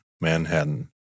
Manhattan